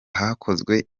hakozwe